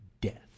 death